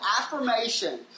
affirmation